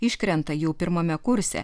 iškrenta jau pirmame kurse